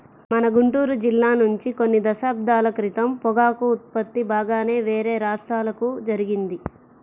మన గుంటూరు జిల్లా నుంచి కొన్ని దశాబ్దాల క్రితం పొగాకు ఉత్పత్తి బాగానే వేరే రాష్ట్రాలకు జరిగింది